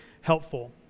helpful